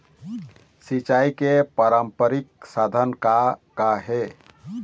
सिचाई के पारंपरिक साधन का का हे?